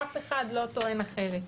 אף אחד לא טוען אחרת.